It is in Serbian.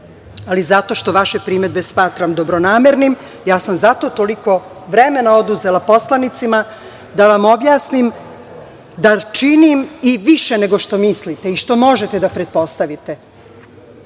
ali zato što vaše primedbe smatram dobronamernim, ja sam zato toliko vremena oduzela poslanicima da vam objasnim da činim i više nego što mislite i što možete da pretpostavite,